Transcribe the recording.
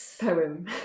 poem